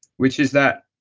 which is that